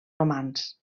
romans